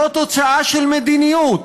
זה תוצאה של מדיניות.